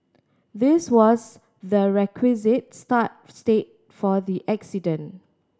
this was the requisite start state for the accident